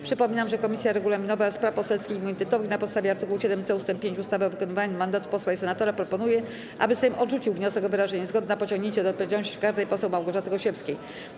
Przypominam, że Komisja Regulaminowa, Spraw Poselskich i Immunitetowych na podstawie art. 7c ust. 5 ustawy o wykonywaniu mandatu posła i senatora proponuje, aby Sejm odrzucił wniosek o wyrażenie zgody na pociągnięcie do odpowiedzialności karnej poseł Małgorzaty Gosiewskiej.